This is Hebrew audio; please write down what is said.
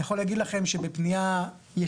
אני יכול להגיד שבפנייה ישיר,